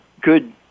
good